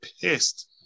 pissed